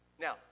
Now